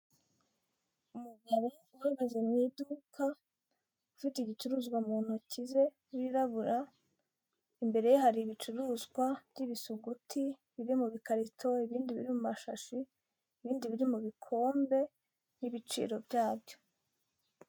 Umugabo uhagaze mu iduka ufite igicuruzwa mu ntoki ze wirabura imbere ye hari ibicuruzwa by'ibisuguti biri mu bikarito, ibindi biri mu mashashi ibindi biri mu bikombe n'ibiciro byabyo.